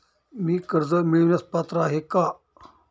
मी कर्ज मिळवण्यास पात्र आहे का?